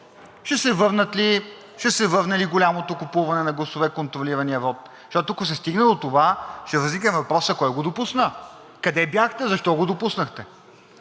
Ще се върне ли голямото купуване на гласове, контролираният вот? Защото, ако се стигне до това, ще възникне въпросът: кой го допусна? Къде бяхте, защо го допуснахте?